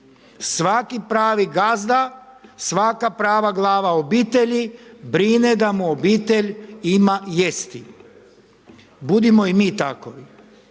Svaki pravi gazda, svaka prava glava o obitelji, brine da mu obitelj ima jesti, budimo i mi tako.